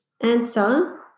answer